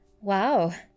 Wow